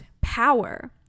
power